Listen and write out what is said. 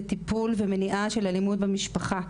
לטיפול ומניעה של אלימות במשפחה.